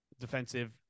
defensive